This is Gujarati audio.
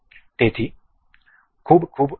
તેથી ખૂબ ખૂબ આભાર